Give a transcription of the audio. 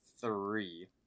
three